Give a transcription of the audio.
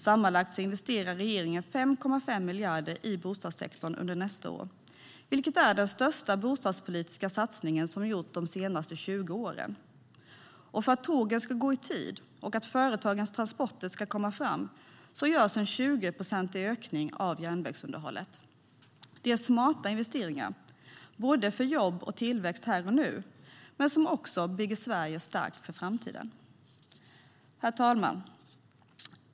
Sammanlagt investerar regeringen 5,5 miljarder i bostadssektorn under nästa år, vilket är den största bostadspolitiska satsningen som gjorts de senaste 20 åren. För att tågen ska gå i tid och företagens transporter ska komma fram görs en 20-procentig ökning av järnvägsunderhållet. Det här är smarta investeringar för jobb och tillväxt här och nu som också bygger Sverige starkt för framtiden. Herr talman!